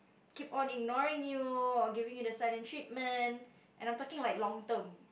keep on ignoring you or giving you the silent treatment and I'm talking like long term